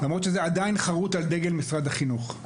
למרות שזה עדיין חרוט על דגל משרד החינוך.